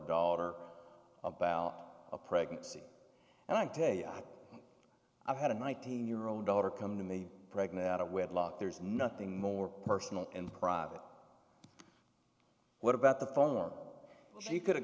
daughter about a pregnancy and i tell you i've had in my teen year old daughter come to me pregnant out of wedlock there's nothing more personal and private what about the phone she could have